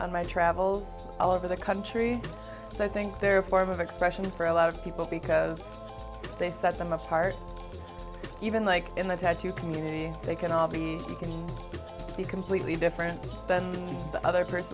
on my travels all over the country so i think they're a form of expression for a lot of people because they thought them apart even like in the tattoo community they can all be you can be completely different than the other person